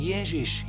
Ježíš